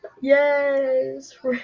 Yes